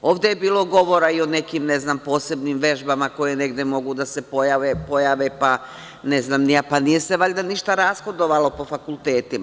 Ovde je bilo govora i o nekim, ne znam, posebnim vežbama koje negde mogu da se pojave pa, ne znam ni ja, nije se valjda ništa rashodovalo po fakultetima.